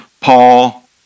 Paul